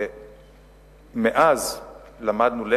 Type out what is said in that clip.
מאז למדנו לקח,